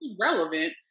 relevant